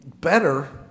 better